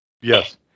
Yes